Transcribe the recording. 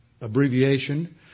abbreviation